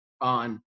on